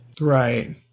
Right